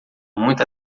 muita